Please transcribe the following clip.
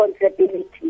responsibility